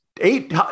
eight